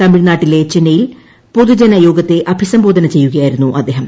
തമിഴ്നാട്ടിലെ ചെന്നൈയിൽ പൊതുജനയോഗത്തെ അഭിസംബോധന ചെയ്യുകയായിരുന്നു അദ്ദേഹം